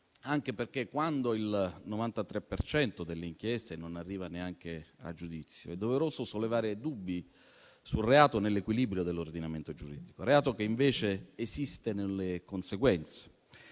Anche perché quando il 93 per cento delle inchieste non arriva neanche a giudizio, è doveroso sollevare dubbi sul reato nell'equilibrio dell'ordinamento giuridico; reato che invece esiste nelle conseguenze,